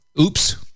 Oops